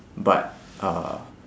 but uh